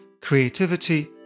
Creativity